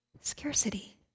scarcity